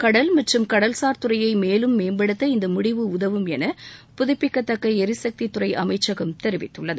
கடல் மற்றும் கடல்சார் துறையை மேலும் மேம்படுத்த இந்த முடிவு உதவும் என புதுப்பிக்கத்தக்க எரிசக்தி துறை அமைச்சகம் தெரிவித்துள்ளது